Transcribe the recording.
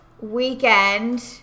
weekend